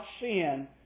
sin